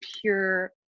pure